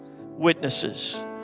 Witnesses